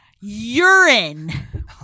urine